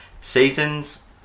seasons